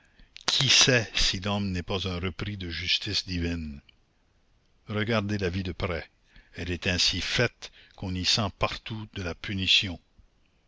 qui sait si l'homme n'est pas un repris de justice divine regardez la vie de près elle est ainsi faite qu'on y sent partout de la punition